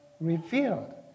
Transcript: revealed